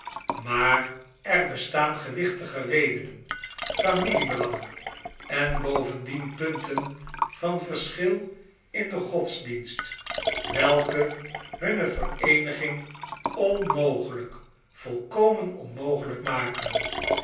maar er bestaan gewichtige redenen familiebelangen en boyendien punten van verschil in den godsdienst welke hunne vereeniging onmogelijk volkomen onmogelijk maken